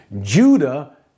Judah